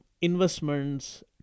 investments